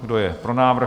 Kdo je pro návrh?